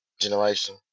generation